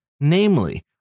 Namely